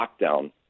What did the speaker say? lockdown